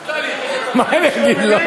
מה אני אגיד לך?